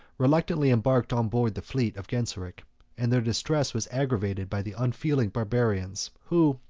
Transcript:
reluctantly embarked on board the fleet of genseric and their distress was aggravated by the unfeeling barbarians, who,